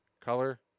color